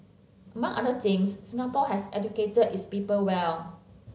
among other things Singapore has educated its people well